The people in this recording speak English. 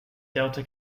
delta